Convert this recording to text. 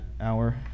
hour